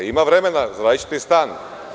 Ima vremena, zaradićete i stan.